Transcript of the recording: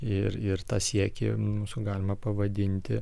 ir ir tą siekį mūsų galima pavadinti